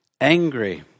angry